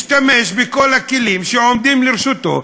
משתמש בכל הכלים שעומדים לרשותו,